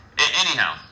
Anyhow